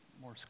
more